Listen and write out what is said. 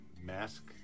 mask